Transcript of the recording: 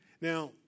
Now